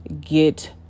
get